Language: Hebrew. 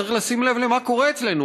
צריך לשים לב מה קורה אצלנו.